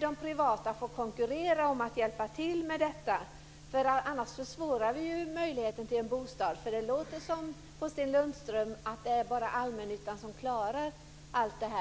de privata få konkurrera om att hjälpa till med detta? Annars försvårar vi ju möjligheten att få en bostad. Det låter på Sten Lundström som om det bara är allmännyttan som klarar allt det här.